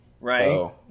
Right